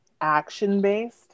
action-based